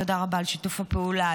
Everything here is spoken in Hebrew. תודה רבה על שיתוף הפעולה,